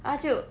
她就